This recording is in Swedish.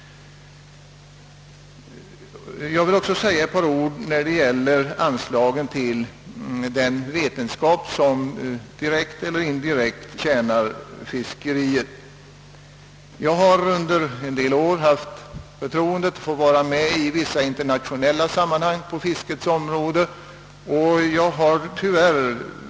Jag vill också säga ett par ord när det gäller anslagen till den vetenskap som direkt eller indirekt tjänar fisket. Jag har under en del år haft förtroendet att i vissa internationella sammanhang få deltaga som representant för den svenska fiskerinäringen.